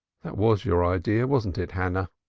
that was your idea, wasn't it, hannah?